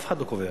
אף אחד לא קובע.